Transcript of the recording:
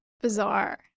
bizarre